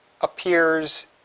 appears